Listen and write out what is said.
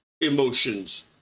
emotions